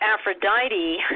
Aphrodite